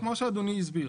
כמו שאדוני הסביר.